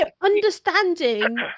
understanding